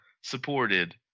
Supported